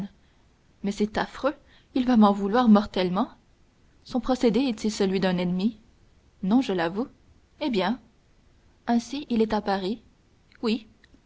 mais c'est affreux il va m'en vouloir mortellement son procédé est-il celui d'un ennemi non je l'avoue eh bien ainsi il est à paris oui